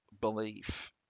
belief